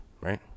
right